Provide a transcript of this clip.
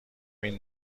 این